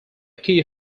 key